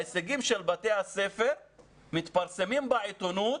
ההישגים של בתי הספר מתפרסמים בעיתונות,